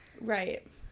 Right